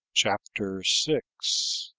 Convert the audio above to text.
chapter six.